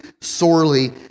sorely